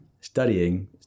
Studying